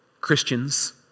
Christians